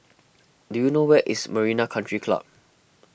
do you know where is Marina Country Club